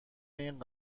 این